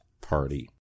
party